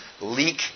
leak